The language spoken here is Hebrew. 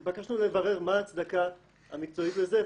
התבקשנו לברר מה ההצדקה המקצועית לזה,